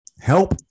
Help